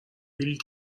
بیل